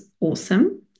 awesome